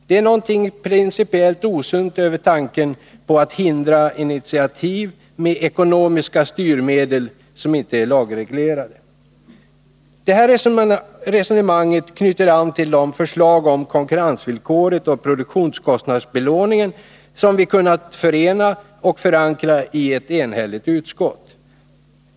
Det är någonting principiellt osunt över tanken på att hindra initiativ med ekonomiska styrmedel som inte är lagreglerade. Det här resonemanget knyter an till de förslag om konkurrensvillkoret och produktionskostnadsbelåningen som vi kunnat förena och förankra i ett enhälligt utskott.